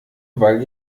weil